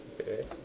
Okay